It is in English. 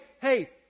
hey